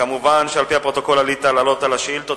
מובן שעל-פי הפרוטוקול עלית לענות על השאילתות,